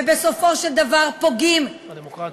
ובסופו של דבר פוגעים, בדמוקרטיה.